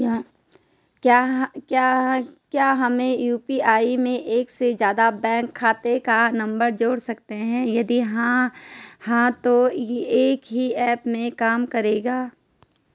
क्या हम यु.पी.आई में एक से ज़्यादा बैंक खाते का नम्बर जोड़ सकते हैं यदि हाँ तो एक ही ऐप में काम करेगा?